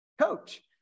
coach